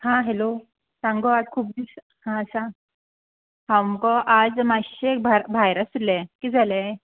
हा हॅलो सांग गो आज खूब दीस हा सांग हांव मुगो आज मात्शें भार भायर आसललें किद जालें